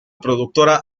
productora